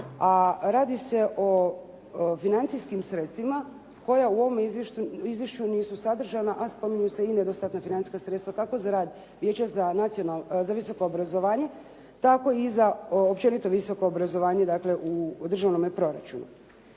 a radi se o financijskim sredstvima koja u ovom izvješću nisu sadržana, a spominju se i nedostatna financijska sredstva. Tako za rad Vijeća za visoko obrazovanje, tako i za općenito visoko obrazovanje dakle u državnome proračunu.